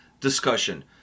discussion